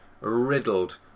riddled